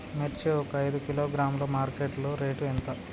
మిర్చి ఒక ఐదు కిలోగ్రాముల మార్కెట్ లో రేటు ఎంత?